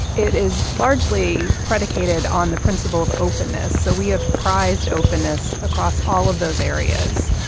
it is largely predicated on the principle of openness. so we have prized openness across all of those areas.